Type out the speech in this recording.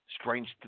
strange